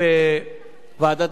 לענייני חקיקה,